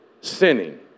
sinning